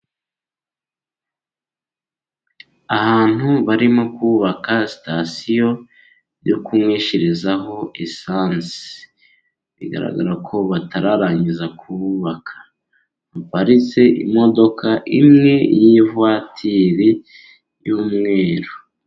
Ahantu barimo kubaka sitasiyo, yo kumwishirizaho lisansi, bigaragara ko batararangiza kubaka. Haparitse imodoka imwe y'ivatiri y'umweru.